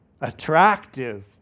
attractive